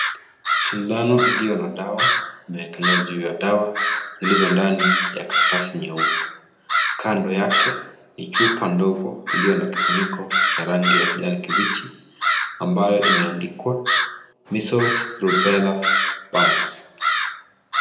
Sindano iliyo na dawa imeekelewa juu ya dawa silizo ndani ya kalatasi nyeupe. Kando yake ni chupa ndogo iliyo na kifuniko cha rangi ya kijani kibichi, ambayo imeandikwa Measles Rubella pumps .